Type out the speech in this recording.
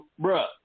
bruh